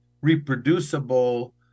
reproducible